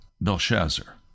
Belshazzar